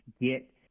get